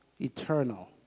eternal